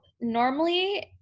normally